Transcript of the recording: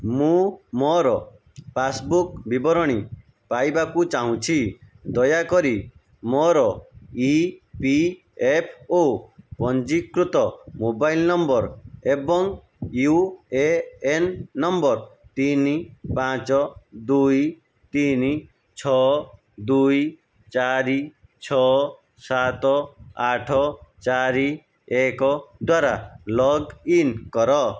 ମୁଁ ମୋର ପାସ୍ବୁକ୍ ବିବରଣୀ ପାଇବାକୁ ଚାହୁଁଛି ଦୟାକରି ମୋର ଇ ପି ଏଫ୍ ଓ ପଞ୍ଜୀକୃତ ମୋବାଇଲ୍ ନମ୍ବର୍ ଏବଂ ୟୁ ଏ ଏନ୍ ନମ୍ବର୍ ତିନି ପାଞ୍ଚ ଦୁଇ ତିନି ଛଅ ଦୁଇ ଚାରି ଛଅ ସାତ ଆଠ ଚାରି ଏକ ଦ୍ଵାରା ଲଗ୍ଇନ୍ କର